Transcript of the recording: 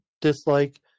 dislike